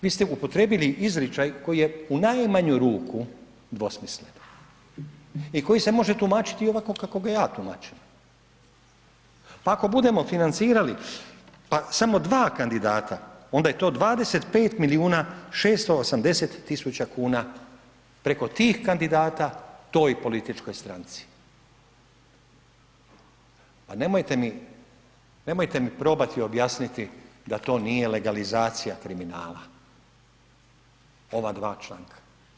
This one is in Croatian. Vi ste upotrijebili izričaj koji je u najmanju ruku dvosmislen i koji se može tumačiti i ovako kako ga ja tumačim, pa ako budemo financirali pa samo dva kandidata, onda je to 25 milijuna 680 tisuća kuna preko tih kandidata toj političkoj stranci, a nemojte mi nemojte mi probati objasniti da to nije legalizacija kriminala ova dva članka.